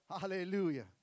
Hallelujah